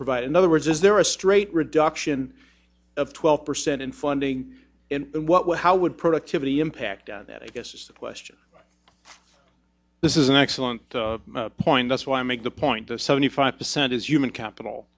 provide in other words is there a straight reduction of twelve percent in funding and what would how would productivity impact on that i guess is the question this is an excellent point that's why i make the point the seventy five percent is human capital